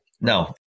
No